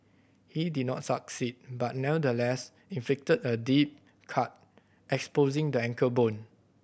he did not succeed but nevertheless inflicted a deep cut exposing the ankle bone